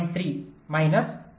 3 minus 0